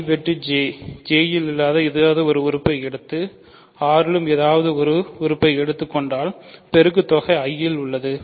I வெட்டு J J இல் ஏதாவது ஒரு உறுப்பை எடுத்து R லும் ஏதாவது ஏதாவது ஒரு உறுப்பை எடுத்துக் கொண்டால் பெருக்குத் தொகை I இல் உள்ளது